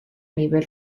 nivel